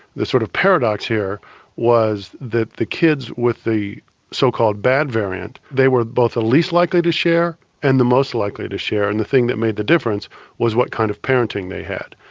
the sort of paradox here was that the kids with the so called bad variant they were both the least likely to share and the most likely to share and the thing that made the difference was what kind of parenting they had.